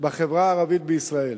בחברה הערבית בישראל.